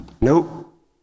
Nope